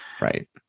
Right